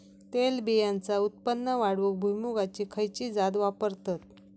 तेलबियांचा उत्पन्न वाढवूक भुईमूगाची खयची जात वापरतत?